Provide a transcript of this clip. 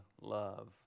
love